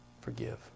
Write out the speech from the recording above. forgive